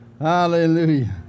Hallelujah